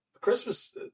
Christmas